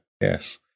yes